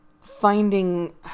finding